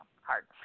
hard